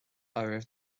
oraibh